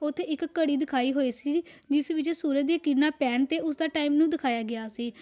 ਉੱਥੇ ਇੱਕ ਘੜੀ ਦਿਖਾਈ ਹੋਈ ਸੀ ਜਿਸ ਵਿੱਚ ਸੂਰਜ ਦੀਆਂ ਕਿਰਨਾਂ ਪੈਣ 'ਤੇ ਉਸਦਾ ਟਾਈਮ ਨੂੰ ਦਿਖਾਇਆ ਗਿਆ ਸੀ